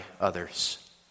others